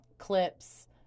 clips